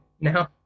now